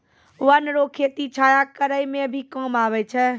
वन रो खेती छाया करै मे भी काम आबै छै